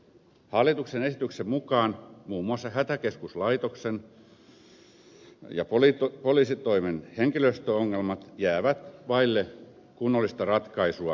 hallituksen esityksen mukaan muun muassa hätäkeskuslaitoksen ja poliisitoimen henkilöstöongelmat jäävät vaille kunnollista ratkaisua